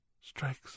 Strikes